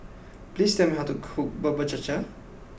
please tell me how to cook Bubur Cha Cha